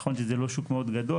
נכון שזה לא שוק מאוד גדול,